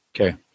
Okay